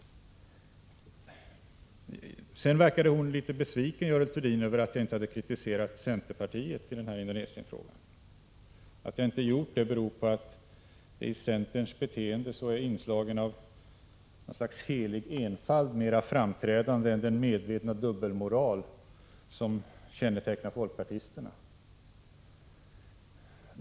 Sedan verkade Görel Thurdin litet besviken över att jag inte hade kritiserat centerpartisterna i samband med Indonesienfrågorna. Det beror på atticenterns beteende är inslaget av något slags helig enfald mer framträdande än den medvetna dubbelmoral som kännetecknar folkpartisterna.